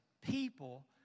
people